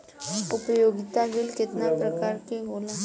उपयोगिता बिल केतना प्रकार के होला?